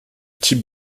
type